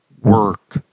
work